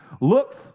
looks